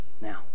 Now